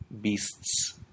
beasts